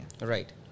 right